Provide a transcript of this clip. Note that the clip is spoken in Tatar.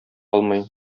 алмый